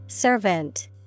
Servant